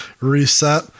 reset